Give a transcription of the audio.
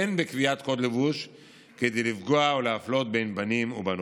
אין בקביעת קוד לבוש כדי לפגוע או להפלות בין בנים ובנות.